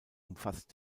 umfasst